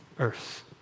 earth